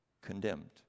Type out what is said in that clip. condemned